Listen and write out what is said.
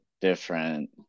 different